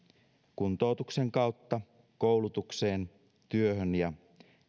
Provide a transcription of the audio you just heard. kuntoutuksen kautta koulutukseen työhön ja